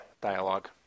Dialogue